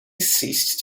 ceased